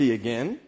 again